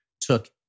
took